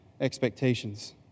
expectations